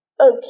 okay